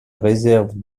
réserve